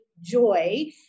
joy